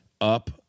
up